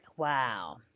Wow